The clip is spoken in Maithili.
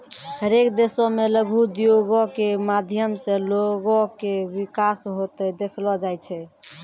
हरेक देशो मे लघु उद्योगो के माध्यम से लोगो के विकास होते देखलो जाय छै